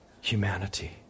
humanity